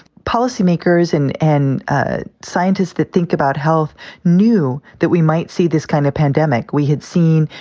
policymakers and and ah scientists that think about health knew that we might see this kind of pandemic. we had seen,